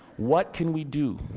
what can we do?